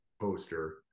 poster